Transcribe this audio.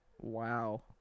Wow